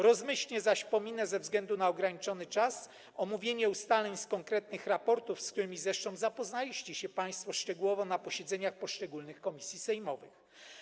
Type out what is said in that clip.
Rozmyślnie zaś pominę, ze względu na ograniczony czas omówienie ustaleń z konkretnych raportów, z którymi zresztą zapoznaliście się państwo szczegółowo na posiedzeniach poszczególnych komisji sejmowych.